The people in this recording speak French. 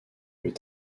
plus